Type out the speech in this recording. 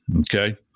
okay